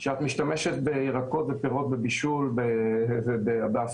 כשאת משתמשת בירקות ופירות בבישול ובאפייה,